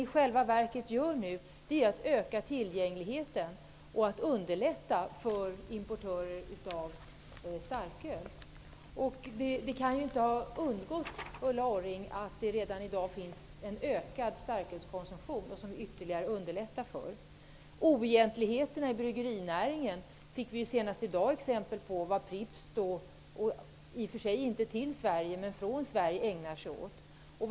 I själva verket ökar ni tillgängligheten genom att underlätta för importörer av starköl. Det kan inte ha undgått Ulla Orring att starkölskonsumtionen redan i dag har ökat. En sådan konsumtion underlättas det för genom detta förslag. Oegentligheterna i bryggerinäringen fick vi senast i dag exempel på när det gäller det som Pripps utsätts för vid förespeglade leveranser från Sverige.